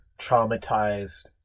traumatized